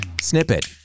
Snippet